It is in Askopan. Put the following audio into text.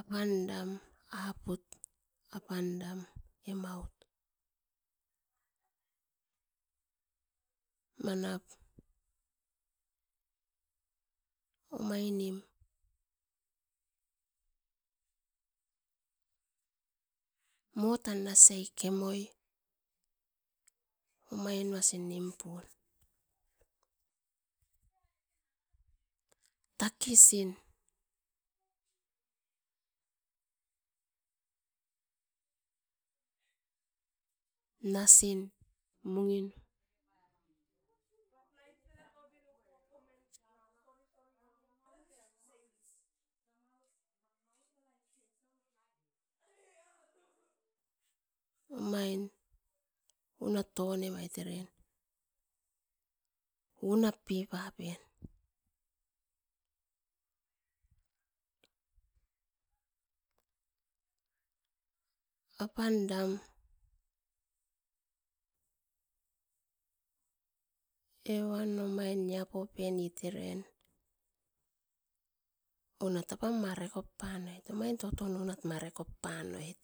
apandam aput apandam emaut manap omainim mo tan nasiai kemoi omainasinuan nimpoi, takisin nasin moin omain unat tonevait eren unapipen apandam evan omain niapopenit eren onat apan marekopanoit omain tunat toton marekopanoit